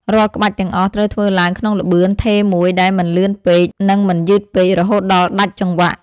រាល់ក្បាច់ទាំងអស់ត្រូវធ្វើឡើងក្នុងល្បឿនថេរមួយ ដែលមិនលឿនពេក និងមិនយឺតពេក រហូតដល់ដាច់ចង្វាក់។